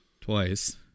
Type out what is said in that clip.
Twice